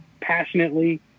passionately